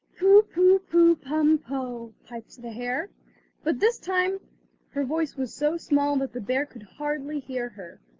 pu, pu, pu, pum, poh piped the hare but this time her voice was so small that the bear could hardly hear her.